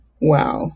Wow